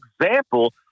example